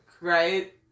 right